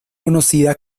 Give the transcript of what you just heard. conocida